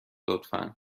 لطفا